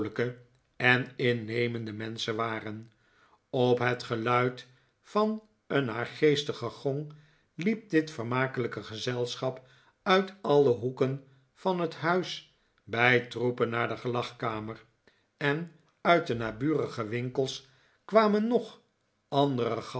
en innemende menschen waren op het geluid van een naargeestige gong liep dit vermakelijke gezelschap uit alle hoeken van het huis bij troepen naar de gelagkamer en uit de naburige winkels kwamen nog andere